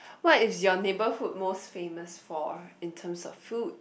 what is your neighborhood most famous for in terms of food